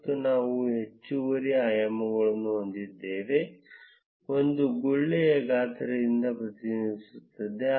ಮತ್ತು ನಾವು ಹೆಚ್ಚುವರಿ ಆಯಾಮವನ್ನು ಹೊಂದಿದ್ದೇವೆ ಅದು ಗುಳ್ಳೆಯ ಗಾತ್ರದಿಂದ ಪ್ರತಿನಿಧಿಸುತ್ತದೆ